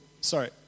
Sorry